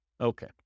Okay